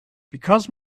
because